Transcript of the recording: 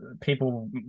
people